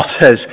says